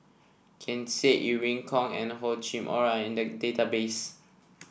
Ken Seet Irene Khong and Hor Chim Or are in the database